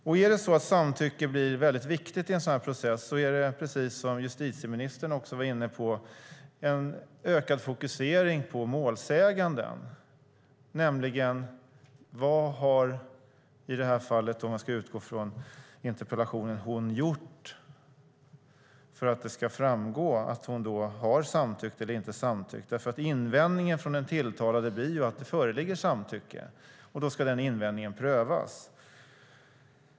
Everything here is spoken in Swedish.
Om samtycke blir väldigt viktigt i en sådan här process blir det, precis som justitieministern var inne på, en ökad fokusering på målsäganden, nämligen: Vad har - om jag i det här fallet ska utgå från interpellationen - hon gjort för att det ska framgå att hon har samtyckt eller inte samtyckt. Invändningen från den tilltalade blir att det föreligger samtycke, och då ska invändningen prövas.